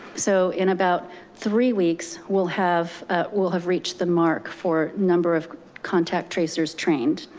so in about three weeks, we'll have we'll have reached the mark for number of contact tracers trained.